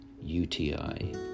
UTI